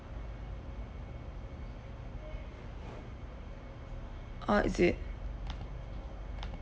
orh is it